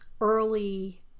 early